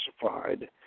classified